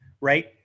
right